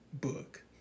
book